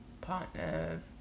partner